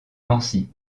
nancy